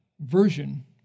version